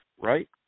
right